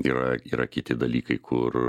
yra yra kiti dalykai kur